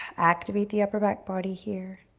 activate the upper back body here.